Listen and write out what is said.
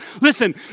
Listen